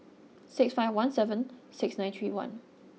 six five one seven six nine three one